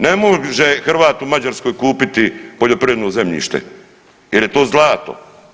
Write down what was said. Ne može Hrvat u Mađarskoj kupiti poljoprivredno zemljište jer je to zlato.